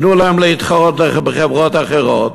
תנו להם להתחרות בחברות אחרות